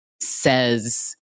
says